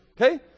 okay